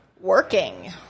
Working